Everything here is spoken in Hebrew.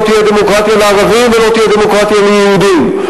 לא תהיה דמוקרטיה לערבים ולא תהיה דמוקרטיה ליהודים.